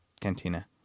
Cantina